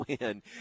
win